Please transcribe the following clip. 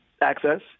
access